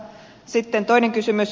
sitten toinen kysymys